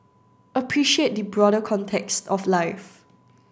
appreciate the broader context of life